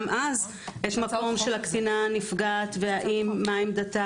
גם אז יש מקום של הקטינה הנפגעת ומה עמדתה.